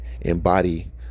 embody